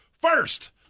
First